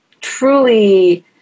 truly